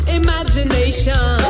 imagination